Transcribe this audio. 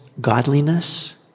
godliness